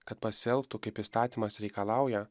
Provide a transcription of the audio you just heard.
kad pasielgtų kaip įstatymas reikalauja